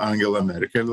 angela merkel